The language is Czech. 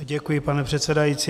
Děkuji, pane předsedající.